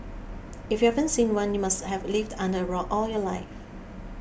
if you haven't seen one you must have lived under a rock all your life